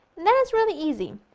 then it's really easy,